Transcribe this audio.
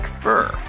fur